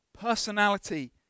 personality